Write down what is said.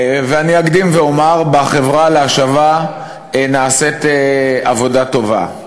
אני אקדים ואומר: בחברה להשבה נעשית עבודה טובה.